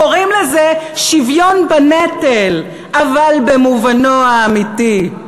קוראים לזה שוויון בנטל, אבל במובנו האמיתי.